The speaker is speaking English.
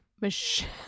michelle